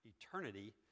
eternity